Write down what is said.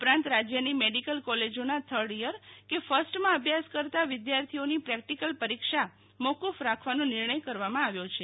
ઉપરાંત રાજ્યની મેડીકલ કોલેજોના થર્ડ થર કે ફર્સ્ટમાં ભ્યાસ કરતા વિદ્યાર્થીઓની પ્રેક્ટીકલ પરીક્ષા મોકૂફ રાખવાનો નિર્ણય કરવામાં આવ્યો છે